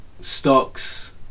stocks